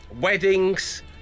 weddings